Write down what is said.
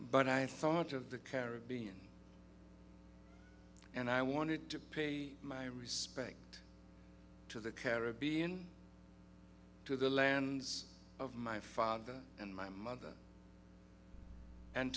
but i thought of the caribbean and i wanted to pay my respect to the caribbean to the lands of my father and my mother and